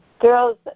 Girls